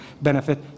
benefit